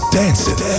dancing